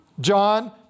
John